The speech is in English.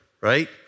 right